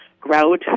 grout